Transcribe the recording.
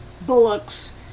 bullocks